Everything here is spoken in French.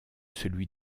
celui